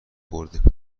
برد